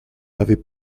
n’avez